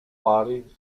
body